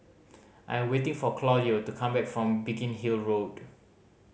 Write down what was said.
I am waiting for Claudio to come back from Biggin Hill Road